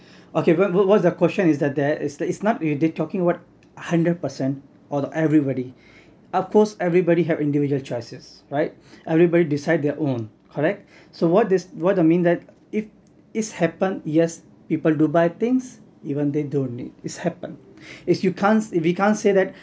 okay what what was the question is that there it's not that they're talking about a hundred per cent or everybody of course everybody have individual choices right everybody decide their own correct so what this what I mean that if it's happened yes people do buy things even they don't need it's happened it's you can't you can't say that